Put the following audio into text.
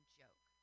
joke